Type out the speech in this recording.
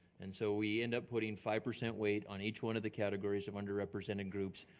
and so we end up putting five percent weight on each one of the categories of underrepresented groups,